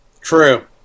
True